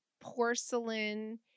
porcelain